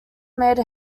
made